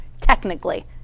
Technically